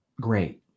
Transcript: Great